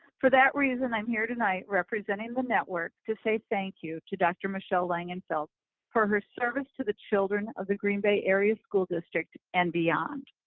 for that reason i'm here tonight representing the network to say thank you to dr. michelle langenfeld for his service to the children of the green bay area school district and beyond.